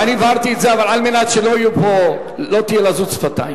אני הבהרתי את זה אבל על מנת שלא תהיה לזות שפתיים,